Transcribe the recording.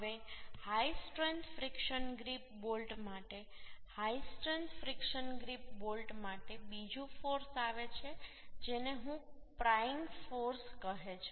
હવે high strength friction grip bolt માટે high strength friction grip bolt માટે બીજું ફોર્સ આવે છે જેને હું પ્રાઈંગ ફોર્સ કહે છે